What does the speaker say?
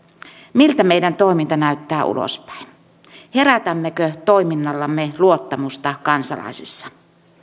miltä meidän toimintamme näyttää ulospäin herätämmekö toiminnallamme luottamusta kansalaisissa